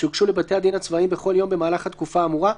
שהוגשו לבתי הדין הצבאיים בכל יום במהלך התקופה האמורה,